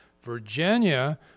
Virginia